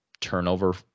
turnover